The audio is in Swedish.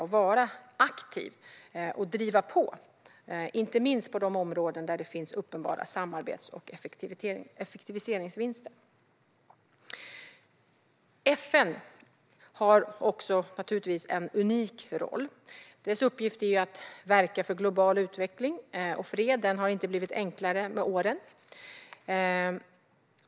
Sverige ska vara aktivt och driva på, inte minst på de områden där det finns uppenbara samarbets och effektiviseringsvinster. FN har naturligtvis en unik roll. Dess uppgift är att verka för global utveckling och fred. Den har inte blivit enklare med åren.